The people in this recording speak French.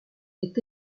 est